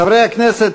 חברי הכנסת,